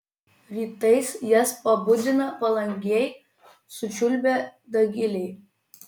rytais jas pabudina palangėj sučiulbę dagiliai